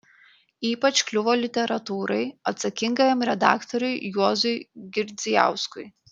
ypač kliuvo literatūrai atsakingajam redaktoriui juozui girdzijauskui